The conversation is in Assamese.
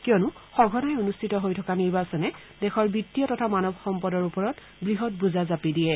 কিয়নো সঘনাই অনুষ্ঠিত হৈ থকা নিৰ্বাচনে দেশৰ বিত্তীয় তথা মানৱ সম্পদ ওপৰত বৃহৎ বোজা জাপি দিয়ে